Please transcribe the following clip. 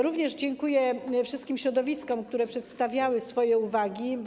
Również dziękuję wszystkim środowiskom, które przedstawiały swojego uwagi.